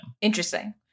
Interesting